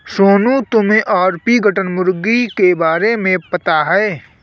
सोनू, तुम्हे ऑर्पिंगटन मुर्गी के बारे में पता है?